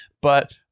but-